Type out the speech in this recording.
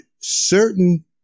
certain